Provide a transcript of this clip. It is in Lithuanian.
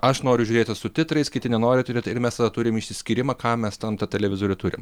aš noriu žiūrėti su titrais kiti nenori turėt ir mes tada turim išsiskyrimą kam mes tam tą televizorių turim